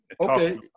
Okay